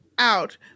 out